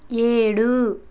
ఏడు